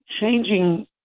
changing